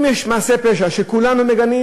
אם יש מעשה פשע שכולנו מגנים,